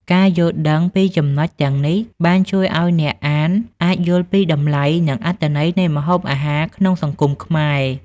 ការយល់ដឹងពីចំណុចទាំងនេះបានជួយឲ្យអ្នកអានអាចយល់ពីតម្លៃ និងអត្ថន័យនៃម្ហូបអាហារក្នុងសង្គមខ្មែរ។